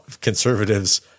conservatives